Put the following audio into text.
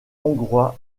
hongrois